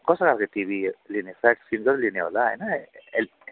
कस्तो खाले टिभी लिने फ्लाट स्क्रिनको लिने होला होइन एल